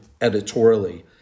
editorially